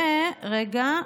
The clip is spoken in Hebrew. רגע,